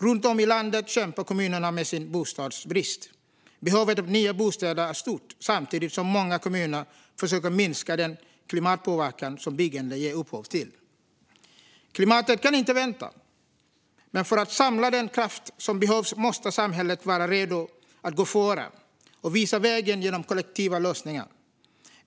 Runt om i landet kämpar kommunerna med bostadsbrist. Behovet av nya bostäder är stort samtidigt som många kommuner försöker minska den klimatpåverkan som byggande ger upphov till. Klimatet kan inte vänta. Men för att samla den kraft som behövs måste samhället vara redo att gå före och visa vägen genom kollektiva lösningar.